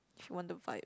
if you want the vibe